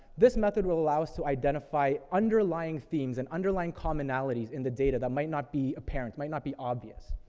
this method will allow us to identify underlying themes, and underlying commonalities in the data that might not be apparent, might not be obvious.